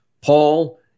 Paul